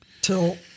till